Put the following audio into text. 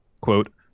quote